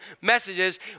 messages